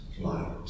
light